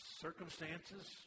circumstances